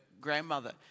grandmother